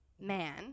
man